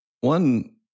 One